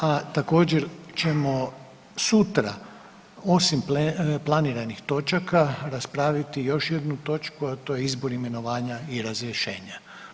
A također ćemo sutra osim planiranih točaka raspraviti još jednu točku, a to je izbor, imenovanja i razrješenja.